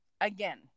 again